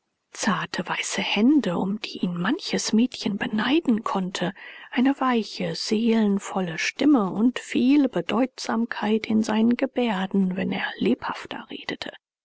zarte weiße hände um die ihn manches mädchen beneiden konnte eine weiche seelenvolle stimme und viel bedeutsamkeit in seinen gebärden wenn er lebhafter redete